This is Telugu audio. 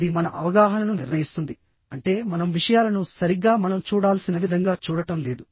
ఇది మన అవగాహనను నిర్ణయిస్తుంది అంటే మనం విషయాలను సరిగ్గా మనం చూడాల్సిన విధంగా చూడటం లేదు